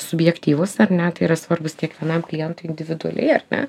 subjektyvūs ar ne tai yra svarbūs kiekvienam klientui individualiai ar ne